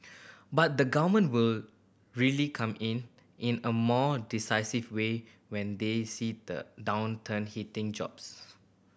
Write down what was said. but the Govern will really come in in a more decisive way when they see the downturn hitting jobs